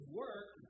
work